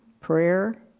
prayer